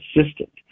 assistant